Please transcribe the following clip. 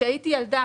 כשהייתי ילדה,